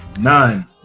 None